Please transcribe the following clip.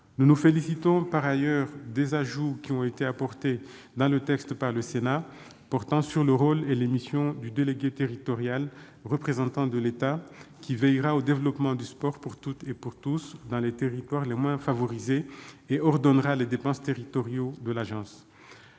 Nous nous félicitons par ailleurs des ajouts apportés dans le texte par le Sénat. Ils portent sur le rôle et les missions du délégué territorial représentant de l'État, qui veillera au développement du sport pour toutes et pour tous dans les territoires les moins favorisés et ordonnera les dépenses territoriales de l'Agence.